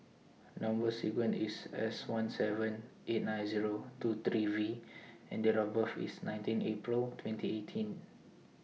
Number sequence IS S one seven eight nine Zero two three V and Date of birth IS nineteen April twenty eighteen